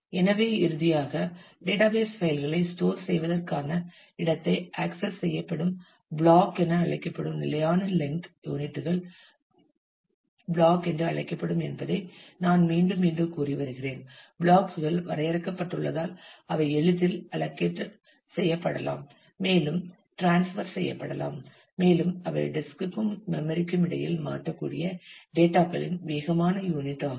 எனவே இறுதியாக டேட்டாபேஸ் பைல்களை ஸ்டோர் செய்வதற்கான இடத்தை ஆக்சஸ் செய்யப்படும் பிளாக் என அழைக்கப்படும் நிலையான லென்த் யூனிட் கள் பிளாக் என்று அழைக்கப்படும் என்பதை நான் மீண்டும் மீண்டும் கூறி வருகிறேன் பிளாக் கள் வரையறுக்கப்பட்டுள்ளதால் அவை எளிதில் அலக்கேட் செய்யப்படலாம் மற்றும் டிரான்ஸ்பர் செய்யப்படலாம் மேலும் அவை டிஸ்க் க்கும் மெம்மரி க்கும் இடையில் மாற்றக்கூடிய டேட்டா களின் வேகமான யூனிட் ஆகும்